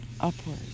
upward